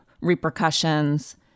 repercussions